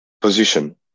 position